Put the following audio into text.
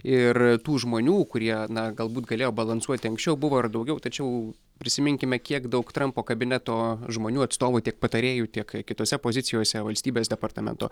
ir tų žmonių kurie na galbūt galėjo balansuoti anksčiau buvo ir daugiau tačiau prisiminkime kiek daug trampo kabineto žmonių atstovų tiek patarėjų tiek kitose pozicijose valstybės departamento